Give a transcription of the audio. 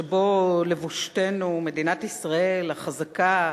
שבו לבושתנו, מדינת ישראל החזקה,